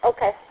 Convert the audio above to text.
Okay